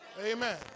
Amen